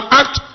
act